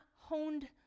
honed